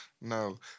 no